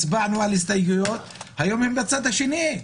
הצבענו על הסתייגויות - היום הם בצד השני.